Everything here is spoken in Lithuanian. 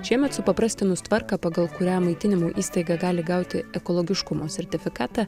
šiemet supaprastinus tvarką pagal kurią maitinimo įstaiga gali gauti ekologiškumo sertifikatą